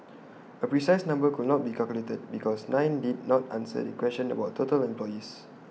A precise number could not be calculated because nine did not answer the question about total employees